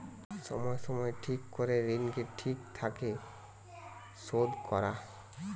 সময় সময় ঠিক করে ঋণকে ঠিক থাকে শোধ করা